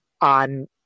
on